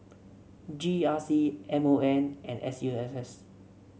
G R C M O M and S U S S